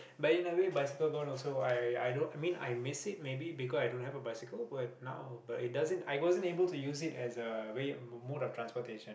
but in a way bicycle gone also I i do I mean I miss it maybe because i don't have a bicycle but now but it doesn't I wasn't able to use it as a way of more transportation